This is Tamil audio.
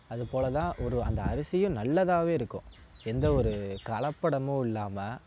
அது போல தான் ஒரு அந்த அரிசியும் நல்லதாகவே இருக்கும் எந்தவொரு கலப்படமும் இல்லாமல்